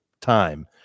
time